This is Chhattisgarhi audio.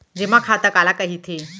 जेमा खाता काला कहिथे?